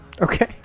Okay